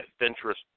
adventurous